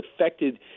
affected –